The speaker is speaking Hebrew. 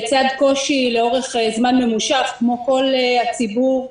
לצד קושי לאורך זמן ממושך כמו כל הציבור,